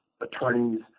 attorneys